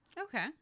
Okay